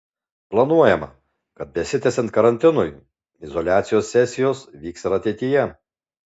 planuojama kad besitęsiant karantinui izoliacijos sesijos vyks ir ateityje